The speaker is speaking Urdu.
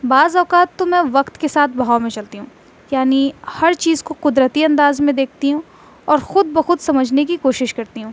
بعض اوقات تو میں وقت کے ساتھ بہاؤ میں چلتی ہوں یعنی ہر چیز کو قدرتی انداز میں دیکھتی ہوں اور خود بخود سمجھنے کی کوشش کرتی ہوں